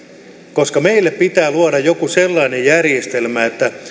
koska meille pitää luoda joku sellainen järjestelmä että